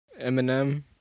Eminem